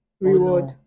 reward